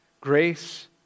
Grace